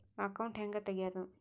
Account ಹ್ಯಾಂಗ ತೆಗ್ಯಾದು?